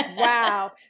Wow